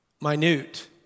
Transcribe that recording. minute